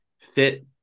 fit